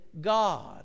God